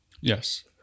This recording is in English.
Yes